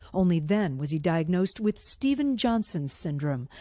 only then was he diagnosed with steven johnson syndrome,